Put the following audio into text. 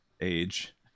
age